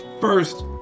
First